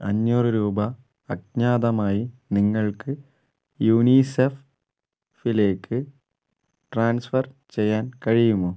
അഞ്ഞൂറ് രൂപ അജ്ഞാതമായി നിങ്ങൾക്ക് യൂനിസെഫിലേക്ക് ട്രാൻസ്ഫർ ചെയ്യാൻ കഴിയുമോ